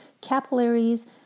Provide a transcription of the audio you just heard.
capillaries